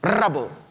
Rubble